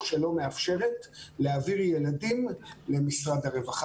שלא מאפשרת להעביר ילדים למשרד הרווחה,